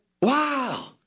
wow